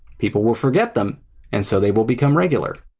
people will forget them and so they will become regular.